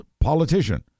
politician